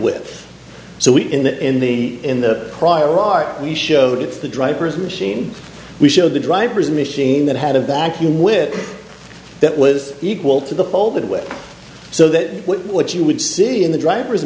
with so we in the in the in the prior art we showed it's the driver's machine we showed the drivers a machine that had a vacuum whip that was equal to the pole that way so that what you would see in the driver